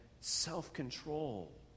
self-control